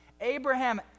Abraham